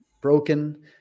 broken